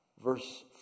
Verse